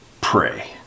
pray